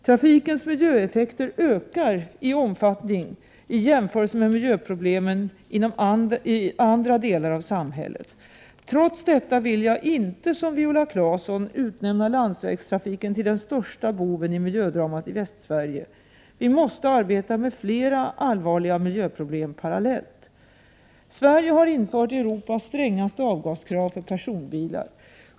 Trafikens miljöeffekter ökar i omfattning i jämförelse med miljöproblem inom andra delar av samhället. Trots detta vill jag inte, som Viola Claesson, utnämna landsvägstrafiken till den största boven i miljödramat i Västsverige. Vi måste arbeta med flera allvarliga miljöproblem parallellt. Sverige har infört Europas strängaste avgaskrav för personbilar.